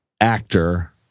actor